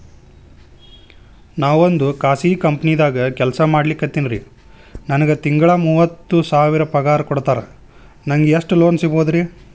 ನಾವೊಂದು ಖಾಸಗಿ ಕಂಪನಿದಾಗ ಕೆಲ್ಸ ಮಾಡ್ಲಿಕತ್ತಿನ್ರಿ, ನನಗೆ ತಿಂಗಳ ಮೂವತ್ತು ಸಾವಿರ ಪಗಾರ್ ಕೊಡ್ತಾರ, ನಂಗ್ ಎಷ್ಟು ಲೋನ್ ಸಿಗಬೋದ ರಿ?